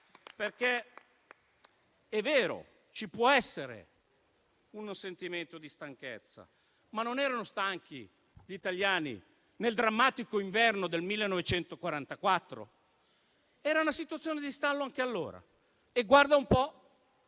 che ci può essere un sentimento di stanchezza, ma non erano stanchi gli italiani nel drammatico inverno del 1944? Era una situazione di stallo anche quella di allora e - guarda un po'